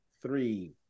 Three